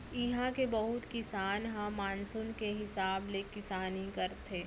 इहां के बहुत किसान ह मानसून के हिसाब ले किसानी करथे